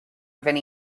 deserve